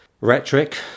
rhetoric